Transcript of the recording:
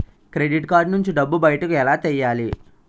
Credit card నుంచి డబ్బు బయటకు ఎలా తెయ్యలి?